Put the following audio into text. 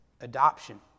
adoption